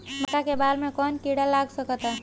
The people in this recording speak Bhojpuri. मका के बाल में कवन किड़ा लाग सकता?